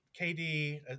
KD